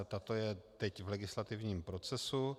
Tato je teď v legislativním procesu.